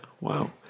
Wow